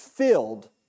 Filled